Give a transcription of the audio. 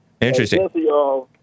Interesting